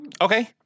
Okay